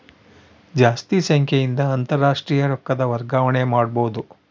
ಜಾಸ್ತಿ ಸಂಖ್ಯೆಯಿಂದ ಅಂತಾರಾಷ್ಟ್ರೀಯ ರೊಕ್ಕದ ವರ್ಗಾವಣೆ ಮಾಡಬೊದು